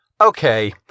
Okay